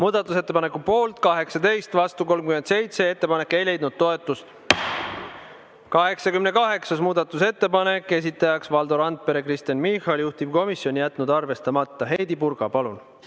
Muudatusettepaneku poolt on 18, vastu 37. Ettepanek ei leidnud toetust. 88. muudatusettepanek, esitajad Valdo Randpere ja Kristen Michal, juhtivkomisjon jätnud arvestamata. Heidy Purga, palun!